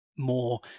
more